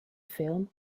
film